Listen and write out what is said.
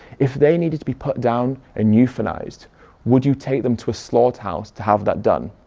if they needed to be put down and euthanized would you take them to a slaughterhouse to have that done?